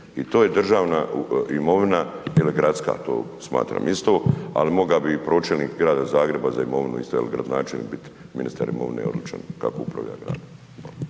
i to je državna imovina jer je gradska, to smatram isto, ali mogao bi pročelnik Grada Zagreba za imovinu .../Govornik se ne razumije./... ministar imovine odličan kako upravlja gradom.